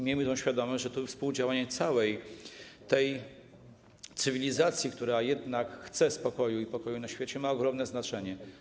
Miejmy świadomość, że współdziałanie całej cywilizacji, która jednak chce spokoju i pokoju na świecie, ma ogromne znaczenie.